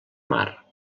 mar